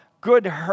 good